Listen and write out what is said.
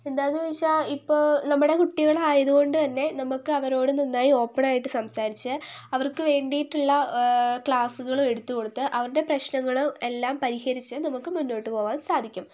എന്താണെന്ന് ചോദിച്ചാൽ ഇപ്പോൾ നമ്മുടെ കുട്ടികള് ആയതുകൊണ്ട് തന്നെ നമുക്ക് അവരോട് നന്നായി ഓപ്പണ് ആയിട്ട് സംസാരിച്ച് അവര്ക്ക് വേണ്ടിയിട്ടുള്ള ക്ലാസ്സുകളും എടുത്തുകൊടുത്ത് അവരുടെ പ്രശ്നങ്ങൾ എല്ലാം പരിഹരിച്ച് നമുക്ക് മുന്നോട്ട് പോവാന് സാധിക്കും